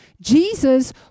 Jesus